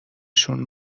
شون